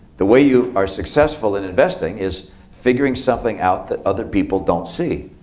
the way you are successful in investing is figuring something out that other people don't see.